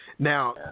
Now